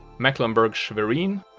mecklenburg-schwerin,